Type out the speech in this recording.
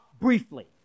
briefly